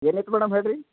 ಏನಿತ್ತು ಮೇಡಮ್ ಹೇಳ್ರಿ